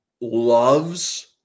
loves